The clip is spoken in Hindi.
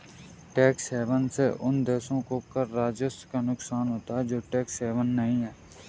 टैक्स हेवन से उन देशों को कर राजस्व का नुकसान होता है जो टैक्स हेवन नहीं हैं